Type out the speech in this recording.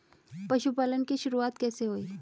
पशुपालन की शुरुआत कैसे हुई?